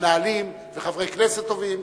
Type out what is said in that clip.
מנהלים וחברי כנסת טובים,